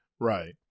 Right